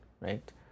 right